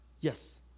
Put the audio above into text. Yes